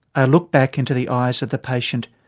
i looked back into the eyes of the patient.